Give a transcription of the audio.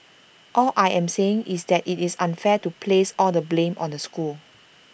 all I am saying is that IT is unfair to place all the blame on the school